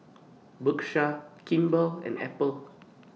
Bershka Kimball and Apple